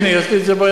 הנה, יש לי ביד.